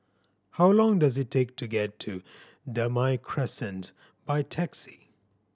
how long does it take to get to Damai Crescent by taxi